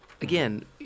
again